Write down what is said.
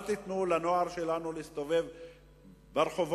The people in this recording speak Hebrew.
אל תיתנו לנוער שלנו להסתובב ברחובות.